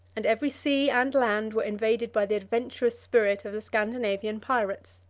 and every sea and land were invaded by the adventurous spirit of the scandinavian pirates.